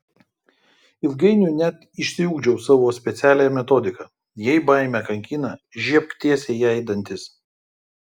ilgainiui net išsiugdžiau savo specialią metodiką jei baimė kankina žiebk tiesiai jai į dantis